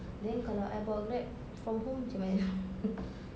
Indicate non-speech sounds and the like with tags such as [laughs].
then kalau I bawa grab from home macam mana [laughs]